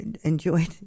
enjoyed